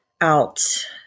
out